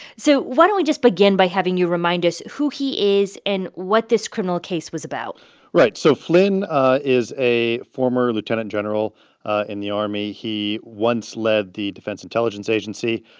so why don't we just begin by having you remind us who he is and what this criminal case was about right. so flynn is a former lieutenant general in the army. he once led the defense intelligence agency.